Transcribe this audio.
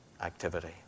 activity